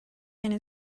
and